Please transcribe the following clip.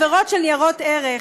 עבירות של ניירות ערך,